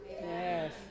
Yes